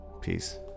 peace